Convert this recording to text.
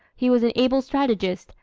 he was an able strategist,